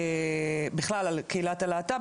בכלל על קהילת הלהט"ב,